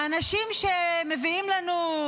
האנשים שמביאים לנו,